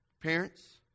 Parents